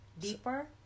deeper